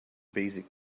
basic